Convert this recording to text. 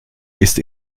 ist